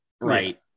right